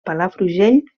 palafrugell